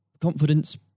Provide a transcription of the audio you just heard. confidence